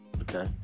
Okay